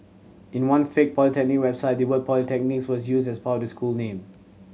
in one fake polytechnic website the word Polytechnics was used as part of the school name